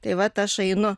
tai vat aš einu